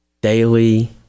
daily